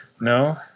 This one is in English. no